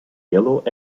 yellow